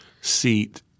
seat